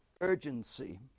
urgency